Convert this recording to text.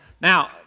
Now